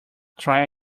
try